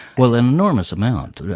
well an enormous amount. yeah